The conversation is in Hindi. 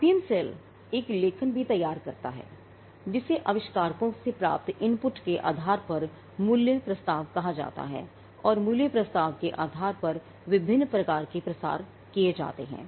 आईपीएम सेल एक लेखन भी तैयार करता है जिसे आविष्कारकों से प्राप्त इनपुट के आधार पर मूल्य प्रस्ताव कहा जाता है और मूल्य प्रस्ताव के आधार पर विभिन्न प्रकार के प्रसार किए जाते हैं